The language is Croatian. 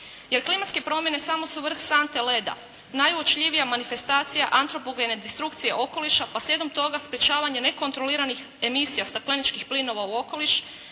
Jer klimatske promjene samo su vrh sante leda, najuočljivija manifestacija antropogene destrukcije okoliša, pa slijedom toga sprečavanje nekontroliranih emisija stakleničkih plinova u okoliš,